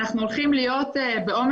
אנחנו הולכים להיות בעומס